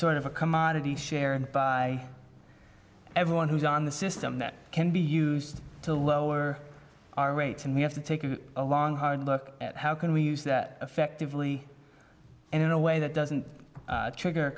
sort of a commodity shared by everyone who's on the system that can be used to lower our rates and we have to take a long hard look at how can we use that effectively and in a way that doesn't trigger